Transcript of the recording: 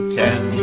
ten